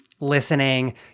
listening